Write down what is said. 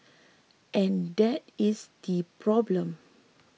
and that is the problem